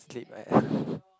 sleep at